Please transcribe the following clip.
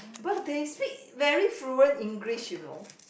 but they speak very fluent English you know